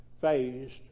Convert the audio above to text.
phased